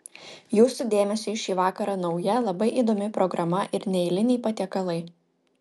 jūsų dėmesiui šį vakarą nauja labai įdomi programa ir neeiliniai patiekalai